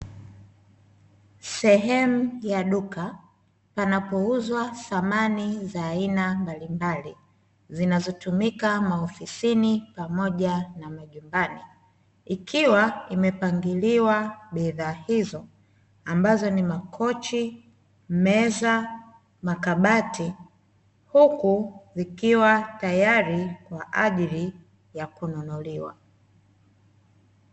Sehemu ya duka panapouzwa samani za aina mbalimbali zinazotumika maofisini pamoja na majumbani, ikiwa imepangiliwa bidhaa hizo ambazo ni: makochi, meza, makabati, huku vikiwa tayari kwa ajili ya kununuliwa.